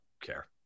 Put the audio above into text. care